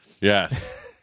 Yes